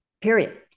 period